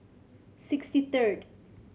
sixty third